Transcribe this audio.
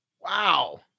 Wow